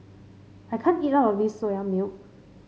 I can't eat all of this Soya Milk